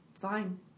Fine